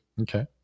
Okay